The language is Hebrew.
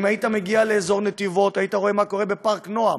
אם היית מגיע לאזור נתיבות היית רואה מה קורה בפארק נועם,